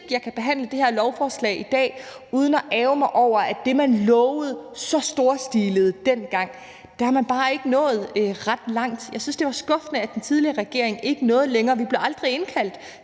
jeg kan behandle det her lovforslag i dag uden at ærgre mig over, at det, man lovede dengang, de storstilede løfter, er man bare ikke nået ret langt med. Jeg synes, det er skuffende, at den tidligere regering ikke nåede længere. Vi blev aldrig indkaldt